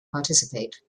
participate